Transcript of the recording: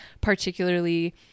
particularly